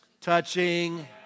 touching